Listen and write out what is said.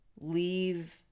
leave